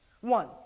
One